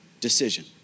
decision